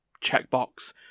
checkbox